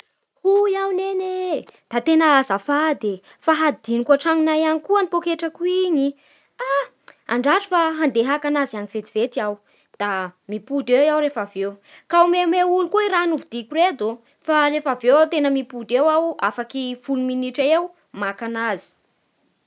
Hoy aho neny, da tena azafady e fa hadinoko antranonay any koa any poketrako igny. Haa andraso fa handeha haka anazy any vetivety aho da mipody eo aho rehefa avy eo. Ka omeamea olo koa raha novidiako reto fa rehefa avy eo tena mimpody eo, afaky folo minitra eo maka anazy.